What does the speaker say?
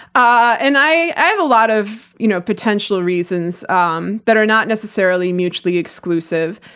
and i have a lot of you know potential reasons um that are not necessarily mutually exclusive.